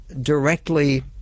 directly